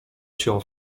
cię